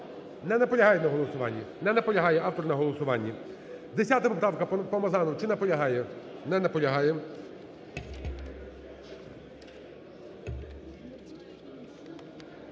Не наполягає на голосуванні? Не наполягає автор на голосуванні. 10 поправка, Помазанов. Чи наполягає? Не наполягає.